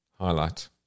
Highlight